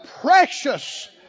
precious